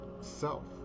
self